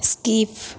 skip